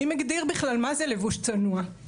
מי מגדיר בכלל מה זה לבוש צנוע,